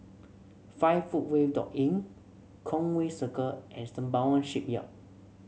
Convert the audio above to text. Five Footway dot Inn Conway Circle and Sembawang Shipyard